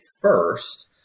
first